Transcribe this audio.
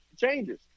changes